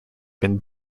been